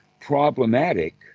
problematic